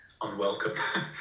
unwelcome